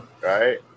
Right